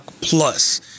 Plus